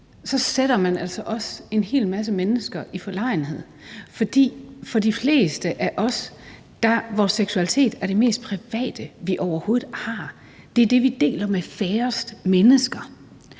om, at man altså også sætter en hel masse mennesker i forlegenhed. For for de fleste af os er vores seksualitet det mest private, vi overhovedet har; det er det, vi deler med færrest mennesker.